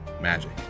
magic